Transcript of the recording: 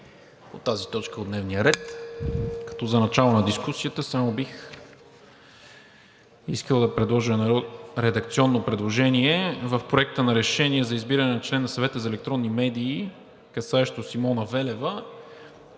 по тази точка от дневния ред. За начало на дискусията само бих искал да направя едно редакционно предложение – в Проекта на решение за избиране на член на Съвета за електронни медии, касаещо Симона Велева,